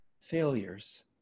failures